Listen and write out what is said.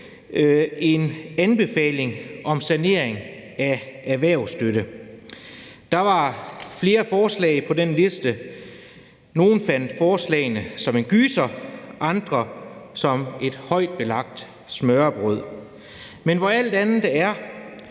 en anbefaling om sanering af erhvervsstøtte. Der var flere forslag på den liste. Nogle så forslagene som en gyser, andre som et højt belagt smørrebrød. Men hvorom alting er,